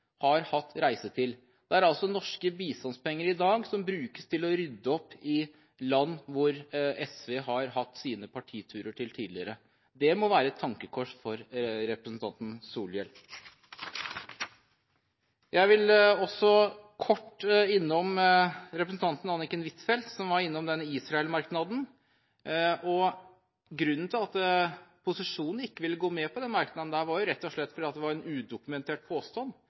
har hatt reiser til. Norske bistandspenger brukes i dag til å rydde opp i land hvor SV har hatt sine partiturer tidligere. Det må være et tankekors for representanten Solhjell. Jeg vil også kort innom representanten Anniken Huitfeldt, som var innom Israel-merknaden. Grunnen til at posisjonen ikke ville gå med på den merknaden, var rett og slett at det var en udokumentert påstand.